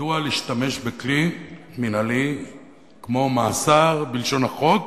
מדוע להשתמש בכלי מינהלי כמו מאסר בלשון החוק